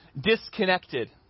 disconnected